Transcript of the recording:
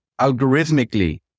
algorithmically